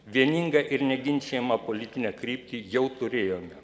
vieningą ir neginčijamą politinę kryptį jau turėjome